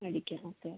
അടിക്കും okay okay